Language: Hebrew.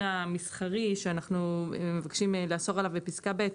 המסחרי שאנחנו מבקשים לאסור עליו בפסקה ב',